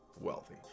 wealthy